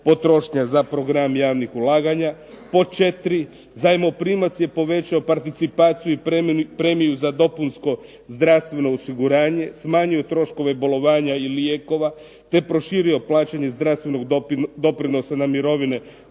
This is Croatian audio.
potrošnja za program javnih ulaganja. Pod četiri. Zajmoprimac je povećao participaciju i premiju za dopunsko zdravstveno osiguranje, smanjio troškove bolovanja i lijekova, te proširio plaćanje zdravstvenog doprinosa na mirovine